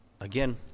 again